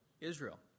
Israel